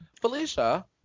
Felicia